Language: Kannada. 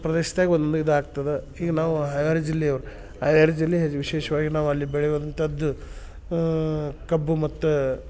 ಪ್ರದೇಶ್ದಾಗ ಒಂದೊಂದು ಇದು ಆಗ್ತದ ಈಗ ನಾವು ಹಾವೇರಿ ಜಿಲ್ಲೆಯವ್ರು ಹಾವೇರಿ ಜಿಲ್ಲೆಯಲ್ಲಿ ವಿಶೇಷವಾಗಿ ನಾವು ಅಲ್ಲಿ ಬೆಳೆಯುವಂಥದ್ದು ಕಬ್ಬು ಮತ್ತು